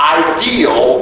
ideal